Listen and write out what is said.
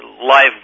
life